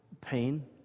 pain